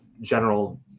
general